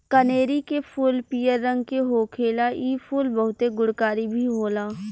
कनेरी के फूल पियर रंग के होखेला इ फूल बहुते गुणकारी भी होला